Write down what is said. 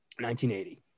1980